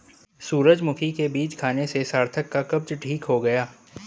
सूरजमुखी के बीज खाने से सार्थक का कब्ज ठीक हो गया